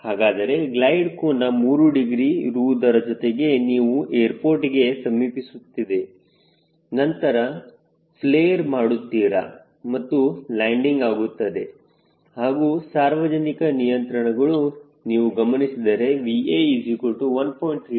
ಹಾಗಾದರೆ ಗ್ಲೈಡ್ ಕೋನ 3 ಡಿಗ್ರಿ ಇರುವುದರ ಜೊತೆಗೆ ನೀವು ಏರ್ಪೋರ್ಟ್ಗೆ ಸಮೀಪಿಸುತ್ತಿದೆ ನಂತರ ಪ್ಲೇರ್ ಮಾಡುತ್ತೀರಾ ಮತ್ತು ಲ್ಯಾಂಡಿಂಗ್ ಆಗುತ್ತದೆ ಹಾಗೂ ಸಾರ್ವಜನಿಕ ನಿಯಂತ್ರಣಗಳನ್ನು ನೀವು ಗಮನಿಸಿದರೆ VA1